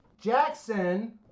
Jackson